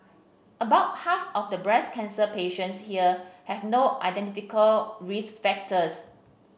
about half of the breast cancer patients here have no identifiable risk factors